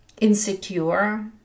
insecure